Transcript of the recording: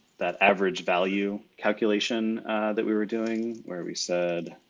that average value calculation that we were doing. where we said